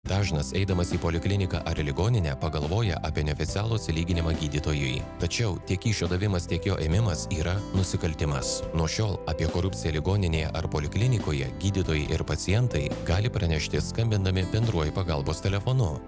dažnas eidamas į polikliniką ar į ligoninę pagalvoja apie neoficialų atsilyginimą gydytojui tačiau tiek kyšio davimas tiek jo ėmimas yra nusikaltimas nuo šiol apie korupciją ligoninėje ar poliklinikoje gydytojai ir pacientai gali pranešti skambindami bendruoju pagalbos telefonu